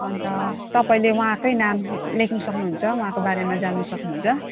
अन्त तपाईँले उहाँकै नाम लेख्नु सक्नुहुन्छ उहाँको बारेमा जान्नु सक्नुहुन्छ